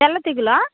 తెల్ల తెగులా